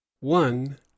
one